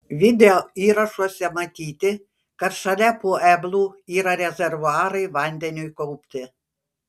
videoįrašuose matyti kad šalia pueblų yra rezervuarai vandeniui kaupti